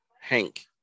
Hank